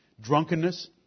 Drunkenness